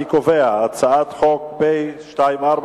אני קובע שהצעת חוק פ/2419,